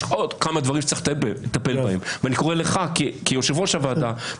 יש עוד כמה דברים שצריך לטפל בהם ואני קורא לך כיושב ראש הוועדה,